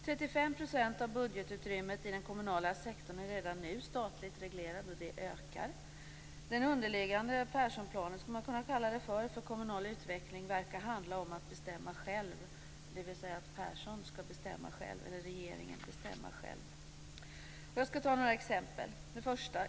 35 % av budgetutrymmet i den kommunala sektorn är redan nu statligt reglerat, och utrymmet ökar. Den underliggande "Perssonplanen" för kommunal utveckling verkar handla om att bestämma själv, dvs. att Persson eller regeringen skall bestämma själv. Jag skall ge några exempel. 1.